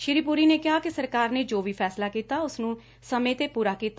ਸ੍ਰੀ ਪੁਰੀ ਨੇ ਕਿਹਾ ਕਿ ਸਰਕਾਰ ਨੇ ਜੋ ਵੀ ਫੈਸਲਾ ਕੀਤਾ ਉਸ ਨੂੰ ਸਮੇਂ ਤੇ ਪੁਰਾ ਕੀਤਾ